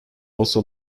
also